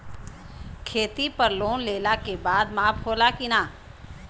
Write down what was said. खेती पर लोन लेला के बाद माफ़ होला की ना?